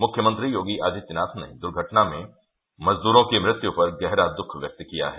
मुख्यमंत्री योगी आदित्यनाथ ने दुर्घटना में मजदूरों की मृत्यु पर गहरा दुःख व्यक्त किया है